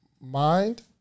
mind